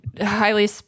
highly